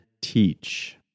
teach